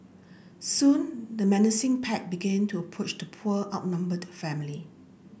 soon the menacing pack began to approach the poor outnumbered family